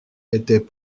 étaient